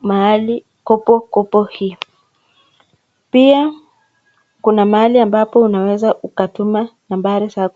mahali kopokopo hii. Pia kuna mahali ambapo unaweza ukatuma nambari zako.